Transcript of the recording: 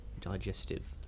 digestive